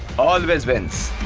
all the residents